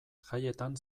jaietan